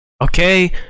Okay